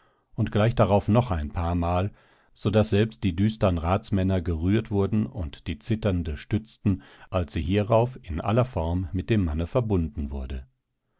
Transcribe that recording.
und gleich darauf noch ein paar mal so daß selbst die düstern ratsmänner gerührt wurden und die zitternde stützten als sie hierauf in aller form mit dem manne verbunden wurde